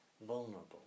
vulnerable